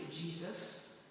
Jesus